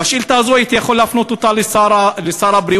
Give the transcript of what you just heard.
את השאילתה הזאת הייתי יכול להפנות לשר הבריאות,